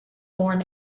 born